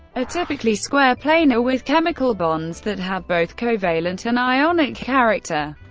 ah typically square planar, with chemical bonds that have both covalent and ionic character.